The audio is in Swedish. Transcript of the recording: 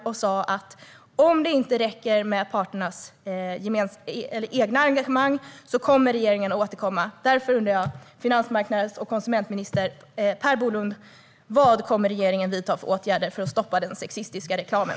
Hon sa att om det inte räcker med parternas egna engagemang kommer regeringen att återkomma. Därför undrar jag, finansmarknads och konsumentminister Per Bolund, vad regeringen kommer att vidta för åtgärder för att stoppa den sexistiska reklamen.